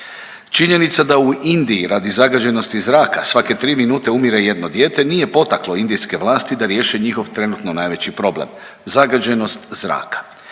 Činjenica da u Indiji radi zagađenosti zraka svake 3 minute umire jedno dijete nije potaklo indijske vlasti da riješe trenutno njihov najveći problem, zagađenost zraka.